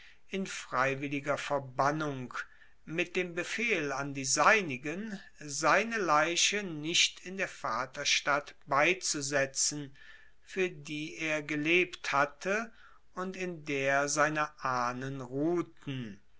in freiwilliger verbannung mit dem befehl an die seinigen seine leiche nicht in der vaterstadt beizusetzen fuer die er gelebt hatte und in der seine ahnen ruhten